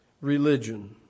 religion